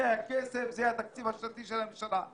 זה הכסף וזה התקציב השנתי של הממשלה.